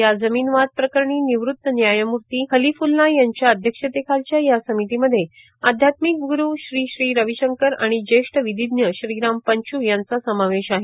या जमीन वाद प्रकरणी निवृत्त व्यायमूर्ती खलिफुल्ला यांच्या अध्यक्षतेखालच्या या समितीमध्ये आध्यात्मिक ग्रूरू श्री श्री रविशंकर आणि ज्येष्ठ विधीज्ञ श्रीराम पंचू यांचा समावेश आहे